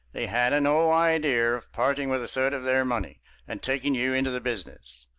they had no idea of parting with a third of their money and taking you into the business.